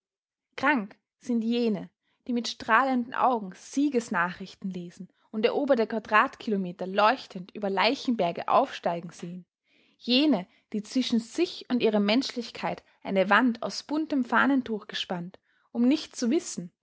krank sind jene die mit strahlenden augen siegesnachrichten lesen und eroberte quadratkilometer leuchtend über leichenberge aufsteigen sehen jene die zwischen sich und ihre menschlichkeit eine wand aus buntem fahnentuch gespannt um nicht zu wissen